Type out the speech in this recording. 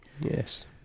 Yes